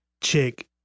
chick